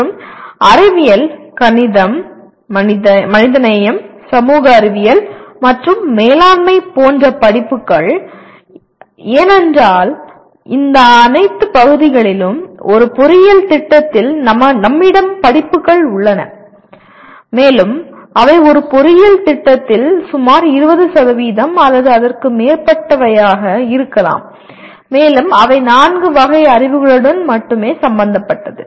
மற்றும் அறிவியல் கணிதம் மனிதநேயம் சமூக அறிவியல் மற்றும் மேலாண்மை போன்ற படிப்புகள் ஏனென்றால் இந்த அனைத்து பகுதிகளிலும் ஒரு பொறியியல் திட்டத்தில் நம்மிடம் படிப்புகள் உள்ளன மேலும் அவை ஒரு பொறியியல் திட்டத்தில் சுமார் 20 அல்லது அதற்கு மேற்பட்டவையாக இருக்கலாம் மேலும் அவை நான்கு வகை அறிவுகளுடன் மட்டுமே சம்பந்தப்பட்டது